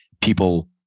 people